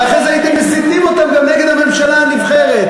ואחרי זה הייתם מסיתים אותם גם נגד הממשלה הנבחרת.